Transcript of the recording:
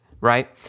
right